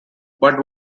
but